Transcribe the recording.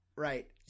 Right